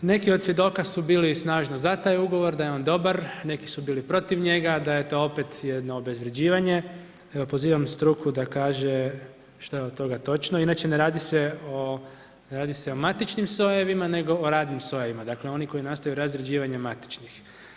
Neki od svjedoka su bili snažno za taj ugovor, da je on dobar, neki su bili protiv njega, da je to opet jedno obezvrjeđivanje, evo pozivam struku šta je od toga točno, inače ne radi se o matičnim sojevima, nego o radnim sojevima dakle oni koji nastaju razrjeđivanjem matičnih.